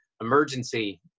emergency